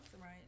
right